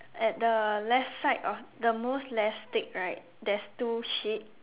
at the left side of the most left stick right there's two sheep